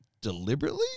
deliberately